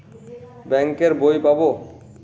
Bank এর বই পাবো?